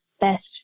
best